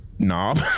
Knob